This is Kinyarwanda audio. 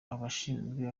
abashinzwe